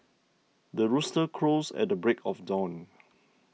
the rooster crows at the break of dawn